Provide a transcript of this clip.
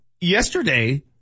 yesterday